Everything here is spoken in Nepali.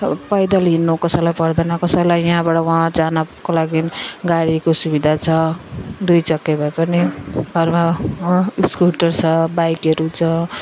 पैदल हिँड्नु कसैलाई पर्दैन कसैलाई यहाँबाट वहाँ जानको लागि गाडीको सुविधा छ दुई चक्के भए पनि घरमा स्कुटर छ बाइकहरू छ